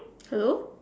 hello